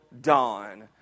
dawn